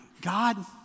God